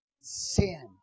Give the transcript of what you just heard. Sin